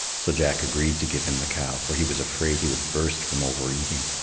so jack agreed to give him the cow, for he was afraid he would burst from overeating,